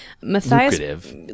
Lucrative